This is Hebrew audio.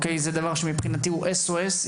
זה דבר שמבחינתי הוא S.O.S,